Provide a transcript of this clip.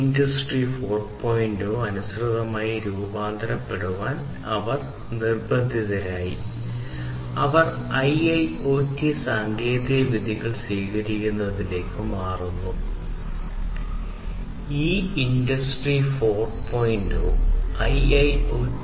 industry 4